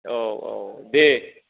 औ औ दे